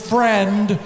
Friend